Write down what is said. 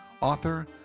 author